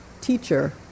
teacher